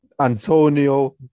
Antonio